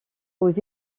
aux